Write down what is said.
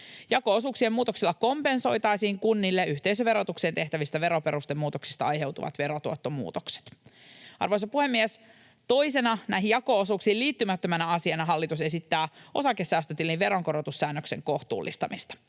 Jako-osuuksien muutoksilla kompensoitaisiin kunnille yhteisöverotukseen tehtävistä veroperustemuutoksista aiheutuvat verotuottomuutokset. Arvoisa puhemies! Toisena näihin jako-osuuksiin liittymättömänä asiana hallitus esittää osakesäästötilin veronkorotussäännöksen kohtuullistamista.